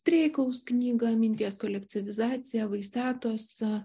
streikaus knyga minties kolektyvizacija vaisetos